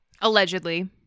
Allegedly